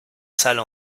salle